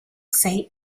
say